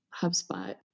HubSpot